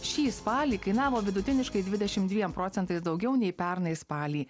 šį spalį kainavo vidutiniškai dvidešim dviem procentais daugiau nei pernai spalį